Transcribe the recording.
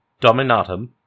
Dominatum